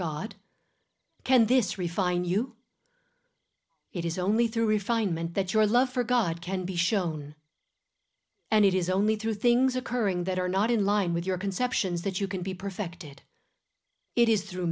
god can this refined you it is only through refinement that your love for god can be shown and it is only through things occurring that are not in line with your conceptions that you can be perfected it is through